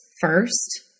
first